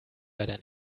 leider